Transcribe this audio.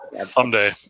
someday